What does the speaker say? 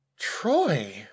Troy